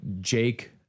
Jake